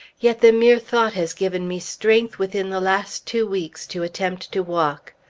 yet the mere thought has given me strength within the last two weeks to attempt to walk.